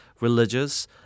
religious